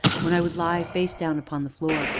when i would lie face down upon the floor,